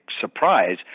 surprise